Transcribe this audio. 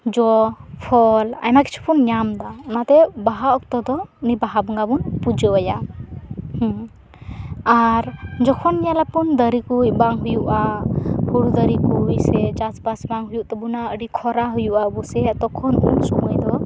ᱡᱚ ᱯᱷᱚᱞ ᱟᱭᱢᱟ ᱠᱤᱪᱷᱩ ᱵᱚᱱ ᱧᱟᱢᱫᱟ ᱚᱱᱟ ᱫᱚ ᱵᱟᱦᱟ ᱚᱠᱛᱚ ᱫᱚ ᱩᱱᱤ ᱵᱟᱦᱟ ᱵᱚᱸᱜᱟ ᱵᱚᱱ ᱯᱩᱡᱟᱹᱣᱟᱭᱟ ᱟᱨ ᱡᱚᱠᱷᱚᱱ ᱧᱮᱞᱟᱵᱚᱱ ᱫᱟᱨᱮ ᱠᱚ ᱵᱟᱝ ᱦᱩᱭᱩᱜᱼᱟ ᱦᱩᱲᱩ ᱫᱟᱨᱮ ᱠᱚ ᱥᱮ ᱪᱟᱥ ᱵᱟᱥ ᱵᱟᱝ ᱦᱩᱩᱭᱩᱜ ᱛᱟᱵᱚᱱᱟ ᱟᱹᱰᱤ ᱠᱷᱚᱨᱟ ᱦᱩᱭᱩᱜᱼᱟ ᱟᱵᱚᱥᱮᱫ ᱛᱚᱠᱷᱚᱱ ᱩᱱ ᱥᱚᱢᱚᱭ ᱫᱚ